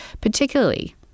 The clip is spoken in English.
particularly